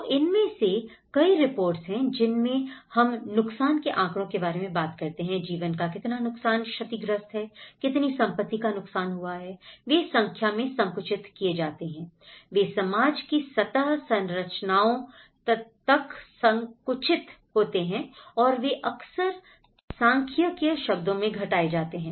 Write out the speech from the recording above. तो इनमें से कई रिपोर्ट्स हैं जिनमें हम नुकसान के आँकड़ों के बारे में बात करते हैं जीवन का कितना नुकसान क्षतिग्रस्त है कितनी संपत्ति का नुकसान हुआ है वे संख्या में संकुचित किए जाते हैं वे समाज की सतह संरचनाओं तक संकुचित होते हैं और वे अक्सर सांख्यिकीय शब्दों में घटाए जाते हैं